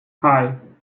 hei